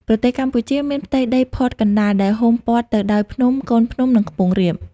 ប្រទេសកម្ពុជាមានផ្ទៃដីផតកណ្តាល ដែលហ៊ុំព័ទ្ធទៅដោយ ភ្នំ កូនភ្នំ និង ខ្ពង់រាប ។